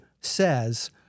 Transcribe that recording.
says